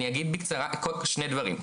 אני אגיד בקצרה שני דברים,